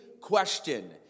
question